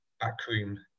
backroom